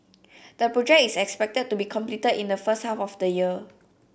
the project is expected to be completed in the first half of the year